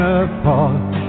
apart